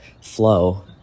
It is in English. flow